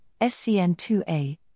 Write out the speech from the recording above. SCN2A